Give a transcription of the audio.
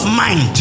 mind